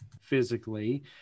physically